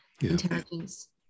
intelligence